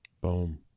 Boom